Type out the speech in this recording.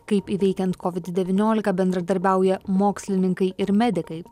kaip įveikiant covid devyniolika bendradarbiauja mokslininkai ir medikai